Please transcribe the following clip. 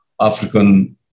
African